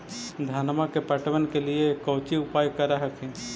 धनमा के पटबन के लिये कौची उपाय कर हखिन?